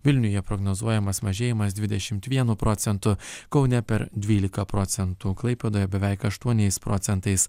vilniuje prognozuojamas mažėjimas dvidešimt vienu procentų kaune per dvylika procentų klaipėdoje beveik aštuoniais procentais